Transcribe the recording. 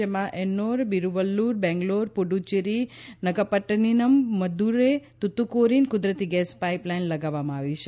જેમાં એન્નોર બિરુવલ્લુર બેંગલોર પુડુચેરી નાગાપટૃટિનમ મડુંરે તુતીકોરીન કુદરતી gas pipeline લગાવવામાં આવી છે